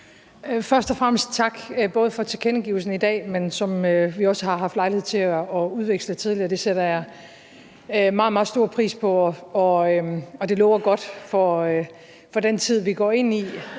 Først og fremmest tak, både for tilkendegivelsen i dag, men også for den, som vi tidligere har haft lejlighed til at udveksle. Det sætter jeg meget, meget stor pris på. Og det lover godt for den tid, vi går ind i,